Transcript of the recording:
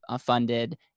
funded